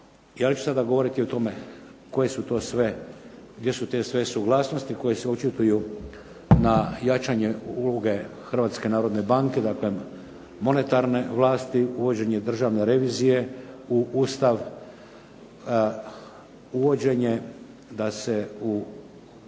Ja ću sada govoriti o tome koje su to sve, gdje su te sve suglasnosti koje se očituju na jačanje uloge Hrvatske narodne banke, dakle monetarne vlasti, uvođenje državne revizije u Ustav, uvođenje da se